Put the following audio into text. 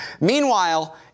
Meanwhile